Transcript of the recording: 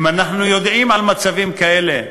אם אנחנו יודעים על מצבים כאלה,